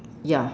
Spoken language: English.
ya